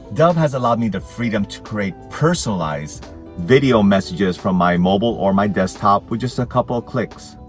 dubb has allowed me the freedom to create personalized video messages from my mobile or my desktop with just a couple clicks.